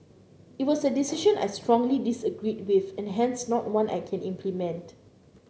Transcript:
it was a decision I strongly disagreed with and hence not one I can implement